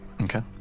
Okay